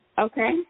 Okay